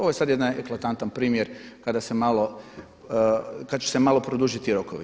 Ovo je sada jedan eklatantan primjer kada se malo, kada će se malo produžiti rokovi.